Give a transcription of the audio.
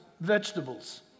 vegetables